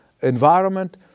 environment